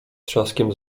trzaskiem